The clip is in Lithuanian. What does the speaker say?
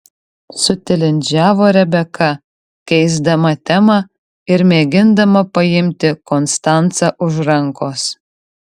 sutilindžiavo rebeka keisdama temą ir mėgindama paimti konstancą už rankos